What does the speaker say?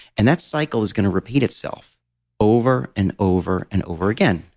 and that cycle is going to repeat itself over and over and over again.